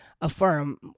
affirm